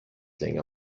länger